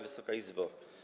Wysoka Izbo!